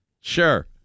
Sure